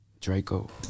Draco